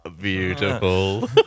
Beautiful